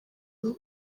umwe